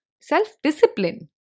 self-discipline